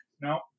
No